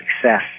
success